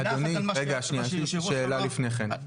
אדוני רגע שנייה, שאלה לפני כן.